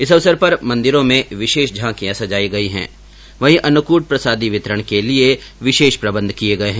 इस अवसर पर मंदिरों में विशेष झांकियां सजाई गई है वहीं अन्नकूंट प्रसादी वितरण के लिए विशेष प्रबन्ध किए गए है